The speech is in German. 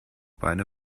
beine